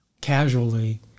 casually